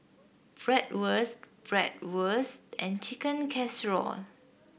Bratwurst Bratwurst and Chicken Casserole